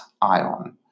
ion